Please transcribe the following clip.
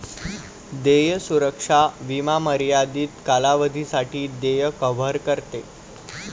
देय सुरक्षा विमा मर्यादित कालावधीसाठी देय कव्हर करते